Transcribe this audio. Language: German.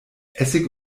essig